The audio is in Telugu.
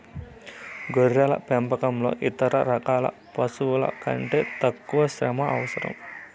గొర్రెల పెంపకంలో ఇతర రకాల పశువుల కంటే తక్కువ శ్రమ అవసరం